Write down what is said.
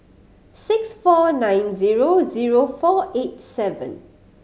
six four nine zero zero four eight seven